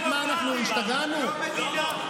אתה פוגע בצבא,